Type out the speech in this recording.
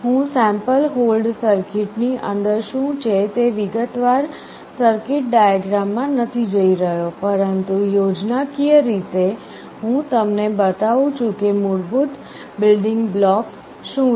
હું sample hold સર્કિટની અંદર શું છે તે વિગતવાર સર્કિટ ડાયાગ્રામમાં નથી જઈ રહ્યો પરંતુ યોજનાકીય રીતે હું તમને બતાવું છું કે મૂળભૂત બિલ્ડિંગ બ્લોક્સ શું છે